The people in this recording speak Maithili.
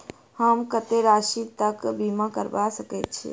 हम कत्तेक राशि तकक बीमा करबा सकैत छी?